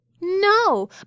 No